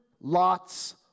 Lot's